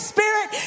Spirit